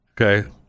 Okay